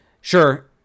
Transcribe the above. sure